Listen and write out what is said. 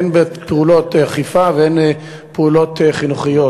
הן בפעולות אכיפה והן בפעולות חינוכיות.